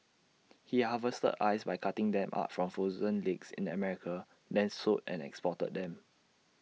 he harvested ice by cutting them up from frozen lakes in America then sold and exported them